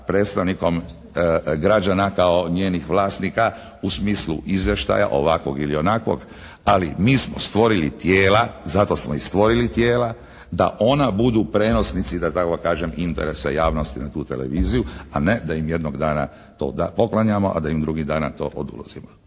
predstavnikom građana kao njenih vlasnika u smislu izvještaja ovakvog ili onakvog. Ali mi smo stvorili tijela, zato smo i stvorili tijela da ona budu prenosnici da tako kažem interesa javnosti na tu televiziju, a ne da im jednog dana to poklanjamo, a da im drugih dana to oduzimamo.